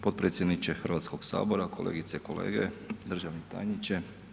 Potpredsjedniče Hrvatskog sabora, kolegice i kolege, državni tajniče.